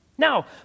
Now